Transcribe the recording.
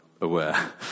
aware